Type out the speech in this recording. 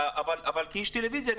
אבל כי יש טלוויזיה.